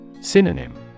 Synonym